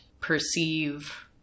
perceive